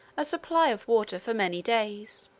a supply of water for many days.